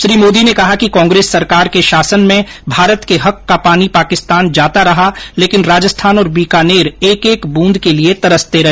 श्री मोदी ने कहा कि कांग्रेस सरकार के शासन में भारत के हक का पानी पाकिस्तान जाता रहा लेकिन राजस्थान और बीकानेर एक एक बूंद के लिये तरसते रहे